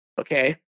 okay